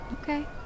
Okay